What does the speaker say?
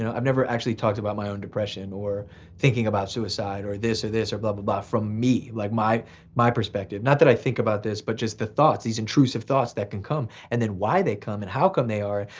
you know i've never actually talked about my own depression or thinking about suicide or this or this or blah, blah, blah, from me like my my perspective. not that i think about this but just the thought, these intrusive thoughts that can come and then why they come and how come they are.